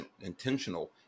intentional